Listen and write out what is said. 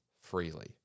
freely